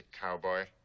Cowboy